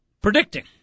predicting